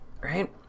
Right